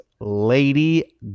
Lady